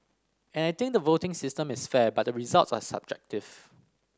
and I think the voting system is fair but the results are subjective